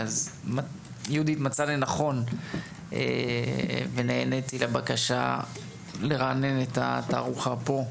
יהודית מצאה לנכון ונעניתי לבקשה לרענן את התערוכה פה,